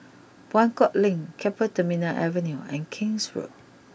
Buangkok Link Keppel Terminal Avenue and King's Road